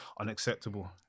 unacceptable